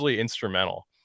instrumental